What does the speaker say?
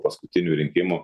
paskutinių rinkimų